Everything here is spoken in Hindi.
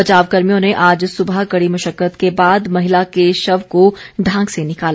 बचाव कर्मियों ने आज सुबह कड़ी मुश्कत के बाद महिला के शव को ढांक से निकाला